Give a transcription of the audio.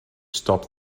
stop